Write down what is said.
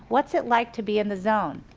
what's it like to be in the zone.